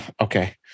okay